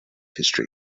history